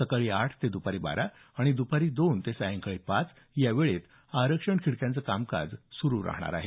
सकाळी आठ ते द्पारी बारा आणि द्पारी दोन ते सायंकाळी पाच या वेळेत आरक्षण खिडक्यांचं काम सुरू राहणार आहे